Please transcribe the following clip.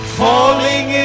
falling